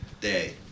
day